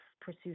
pursue